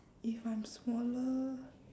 if I'm smaller